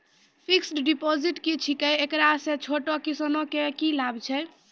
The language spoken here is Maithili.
फिक्स्ड डिपॉजिट की छिकै, एकरा से छोटो किसानों के की लाभ छै?